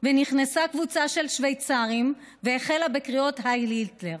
ונכנסה קבוצה של שוויצרים והחלה בקריאות "הייל היטלר".